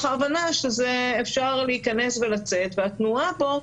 ההבנה שאפשר להיכנס ולצאת והתנועה בו,